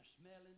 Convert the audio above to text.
smelling